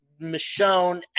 Michonne